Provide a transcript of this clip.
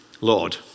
Lord